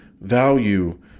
value